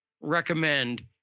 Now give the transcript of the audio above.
recommend